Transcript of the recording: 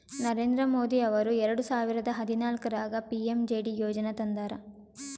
ನರೇಂದ್ರ ಮೋದಿ ಅವರು ಎರೆಡ ಸಾವಿರದ ಹದನಾಲ್ಕರಾಗ ಪಿ.ಎಮ್.ಜೆ.ಡಿ ಯೋಜನಾ ತಂದಾರ